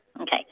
Okay